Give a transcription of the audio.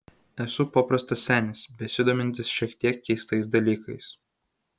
esu paprastas senis besidomintis šiek tiek keistais dalykais